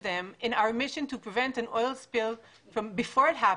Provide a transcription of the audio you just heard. של אנשים מרחבי העולם שחייהם הושפעו מחברת שברון ושנגעה